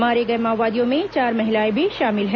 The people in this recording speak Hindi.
मारे गए माओवादियों में चार महिलाएं भी शामिल हैं